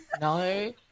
No